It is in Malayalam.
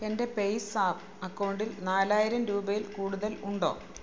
എന്റെ പേയ്സാപ്പ് അക്കൗണ്ടിൽ നാലായിരം രൂപയിൽ കൂടുതൽ ഉണ്ടോ